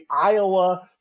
Iowa